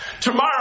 Tomorrow